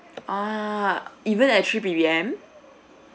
ah even at three P_M